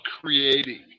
creating